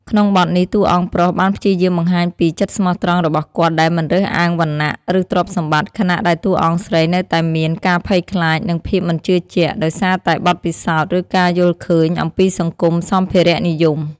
ក្នុងបទនេះ តួអង្គប្រុសបានព្យាយាមបង្ហាញពី ចិត្តស្មោះត្រង់របស់គាត់ដែលមិនរើសអើងវណ្ណៈ ឬទ្រព្យសម្បត្តិ ខណៈដែលតួអង្គស្រីនៅតែមាន ការភ័យខ្លាច និងភាពមិនជឿជាក់ ដោយសារតែបទពិសោធន៍ ឬការយល់ឃើញអំពីសង្គមសម្ភារៈនិយម។